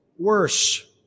worse